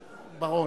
בר-און.